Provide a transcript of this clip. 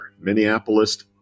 Minneapolis